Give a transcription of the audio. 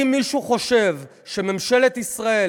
אם מישהו חושב שממשלת ישראל